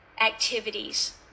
activities